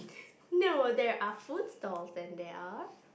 no there are food stalls then there are